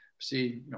see